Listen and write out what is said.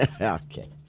Okay